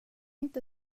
inte